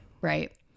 right